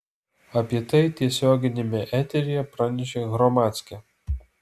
apie tai tiesioginiame eteryje pranešė hromadske